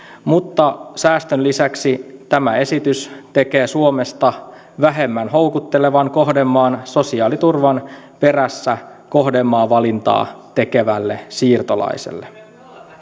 mutta säästön lisäksi tämä esitys tekee suomesta vähemmän houkuttelevan kohdemaan sosiaaliturvan perässä kohdemaavalintaa tekevälle siirtolaiselle